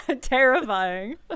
Terrifying